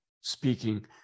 speaking